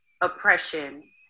oppression